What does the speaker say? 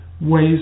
ways